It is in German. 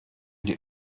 die